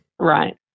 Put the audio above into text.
Right